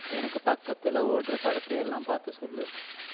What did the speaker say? எனக்கு பக்கத்தில் ஓடுகிற படத்தை எல்லாம் பார்த்து சொல்